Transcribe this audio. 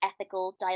ethical